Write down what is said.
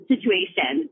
situation